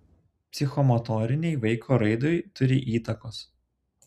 psichomotorinei vaiko raidai turi įtakos